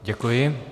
Děkuji.